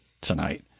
tonight